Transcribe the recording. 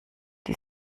die